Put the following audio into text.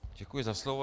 Děkuji za slovo.